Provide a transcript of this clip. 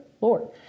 Lord